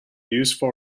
useful